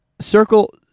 Circle